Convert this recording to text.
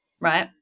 Right